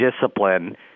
discipline